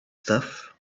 stuff